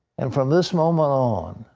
and from this moment on,